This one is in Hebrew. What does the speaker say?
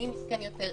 מי מסכן יותר,